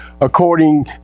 according